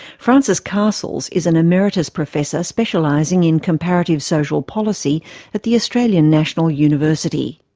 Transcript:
francis castles is an emeritus professor specialising in comparative social policy at the australian national university.